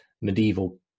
medieval